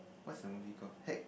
what the movie call heck